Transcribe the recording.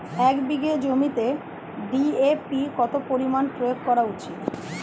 এক বিঘে জমিতে ডি.এ.পি কত পরিমাণ প্রয়োগ করা উচিৎ?